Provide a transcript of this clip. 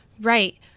Right